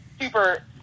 super